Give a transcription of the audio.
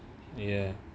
ya